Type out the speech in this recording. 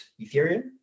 Ethereum